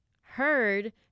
Heard